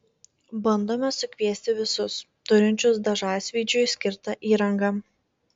bandome sukviesti visus turinčius dažasvydžiui skirtą įrangą